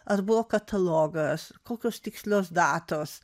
ar buvo katalogas kokios tikslios datos